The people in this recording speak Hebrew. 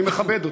אני מכבד אותו,